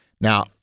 Now